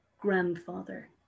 grandfather